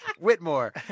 Whitmore